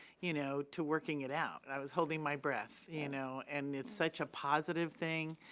you know, to working it out. and i was holding my breath, you know, and it's such a positive thing.